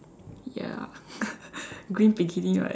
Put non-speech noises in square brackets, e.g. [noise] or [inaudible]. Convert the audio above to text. ya [laughs] green bikini right